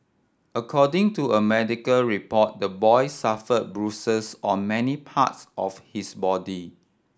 according to a medical report the boy suffered bruises on many parts of his body